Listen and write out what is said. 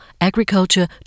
agriculture